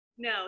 No